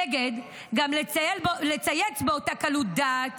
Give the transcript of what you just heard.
גם לצייץ באותה קלות דעת